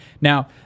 Now